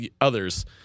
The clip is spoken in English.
others